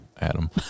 Adam